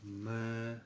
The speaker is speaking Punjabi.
ਮੈਂ